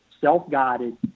self-guided